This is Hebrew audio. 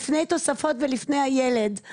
לפני תוספות ולפני הילד.